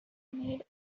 made